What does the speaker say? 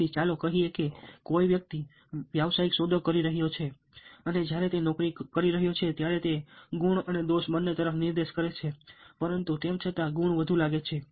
તેથી ચાલો કહીએ કે કોઈ વ્યક્તિ વ્યવસાયિક સોદો કરી રહ્યો છે અને જ્યારે તે કરી રહ્યો છે ત્યારે તે ગુણ અને દોષ બંને તરફ નિર્દેશ કરશે પરંતુ તેમ છતાં ગુણ વધુ લાગે છે